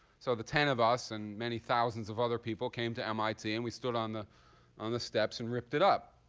so the ten of us and many thousands of other people came to mit. and we stood on the on the steps and ripped it up.